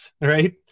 Right